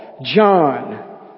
John